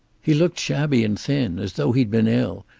he looked shabby and thin, as though he'd been ill,